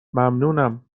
ممنونم